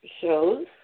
shows